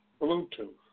Bluetooth